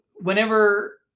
whenever